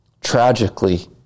tragically